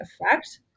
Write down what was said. effect